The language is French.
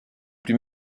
plus